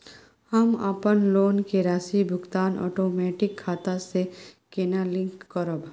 हम अपन लोन के राशि भुगतान ओटोमेटिक खाता से केना लिंक करब?